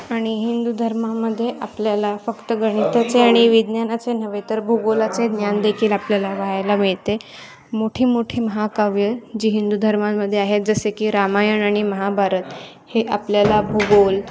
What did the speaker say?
आणि हिंदू धर्मामध्ये आपल्याला फक्त गणिताचे आणि विज्ञानाचे नव्हे तर भूगोलाचे ज्ञान देखील आपल्याला पहायला मिळते मोठी मोठी महाकाव्यं जी हिंदू धर्मामध्ये आहेत जसे की रामायण आणि महाभारत हे आपल्याला भूगोल